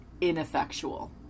ineffectual